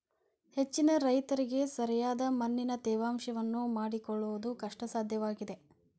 ಹೆಚ್ಚಿನ ರೈತರಿಗೆ ಸರಿಯಾದ ಮಣ್ಣಿನ ತೇವಾಂಶವನ್ನು ಮಾಡಿಕೊಳ್ಳವುದು ಕಷ್ಟಸಾಧ್ಯವಾಗಿದೆ